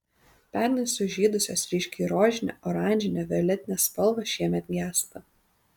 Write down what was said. pernai sužydusios ryškiai rožinė oranžinė violetinė spalvos šiemet gęsta